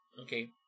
okay